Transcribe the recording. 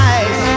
Eyes